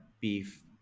beef